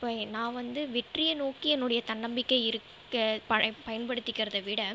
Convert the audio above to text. இப்போ நான் வந்து வெற்றியை நோக்கிய என்னோடைய தன்னம்பிக்கை இருக்க ப பயன்படுத்திக்கிறத விட